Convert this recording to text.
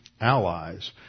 allies